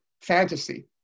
fantasy